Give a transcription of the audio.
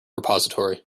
repository